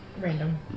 Random